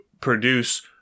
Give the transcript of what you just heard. produce